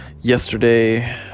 yesterday